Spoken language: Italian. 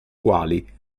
quali